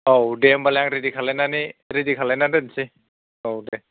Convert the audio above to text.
औ दे होमबालाय आं रेडि खालामनानै रेडि खालामनानै दोनसै औ दे